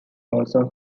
also